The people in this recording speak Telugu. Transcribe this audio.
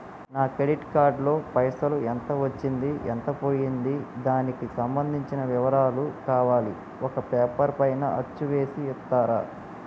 నా క్రెడిట్ కార్డు లో పైసలు ఎంత వచ్చింది ఎంత పోయింది దానికి సంబంధించిన వివరాలు కావాలి ఒక పేపర్ పైన అచ్చు చేసి ఇస్తరా?